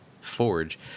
forge